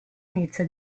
inizia